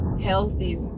healthy